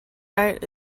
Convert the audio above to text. art